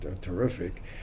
terrific